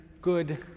good